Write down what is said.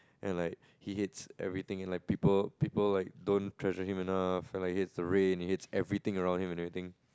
then like he hates everything like people people like don't treasure him enough and he hates the rain hates everything around him and everything